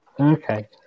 Okay